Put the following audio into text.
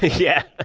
yeah.